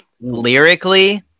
lyrically